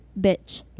Bitch